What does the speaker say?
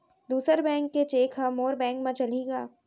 दूसर बैंक के चेक ह मोर बैंक म चलही का?